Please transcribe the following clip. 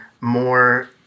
more